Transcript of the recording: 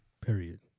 Period